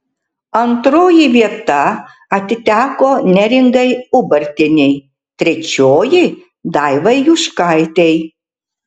antroji vieta atiteko neringai ubartienei trečioji daivai juškaitei